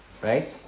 right